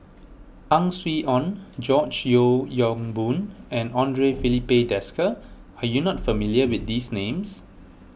Ang Swee Aun George Yeo Yong Boon and andre Filipe Desker are you not familiar with these names